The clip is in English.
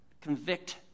convict